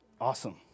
awesome